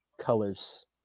colors